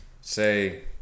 Say